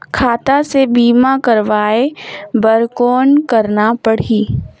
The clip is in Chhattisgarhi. खाता से बीमा करवाय बर कौन करना परही?